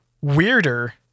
weirder